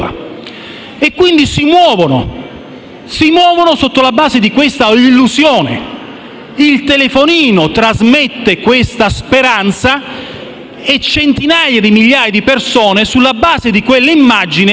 quindi si muovono sulla base di questa illusione. Il telefonino trasmette siffatta speranza e centinaia di migliaia di persone, sulla base di quella immagine,